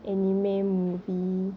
anime movie